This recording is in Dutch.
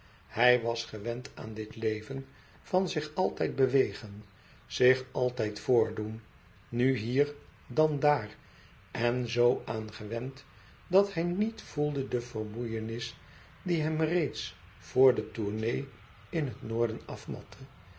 hij was gewend aan dit leven van zich altijd bewegen zich e ids aargang altijd voordoen dan hier dan daar er zoo aan gewend dat hij niet voelde de vermoeienis die hem reeds vr de tournée in het noorden afmatte